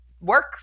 work